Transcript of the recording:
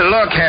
Look